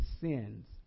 sins